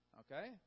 okay